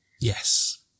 Yes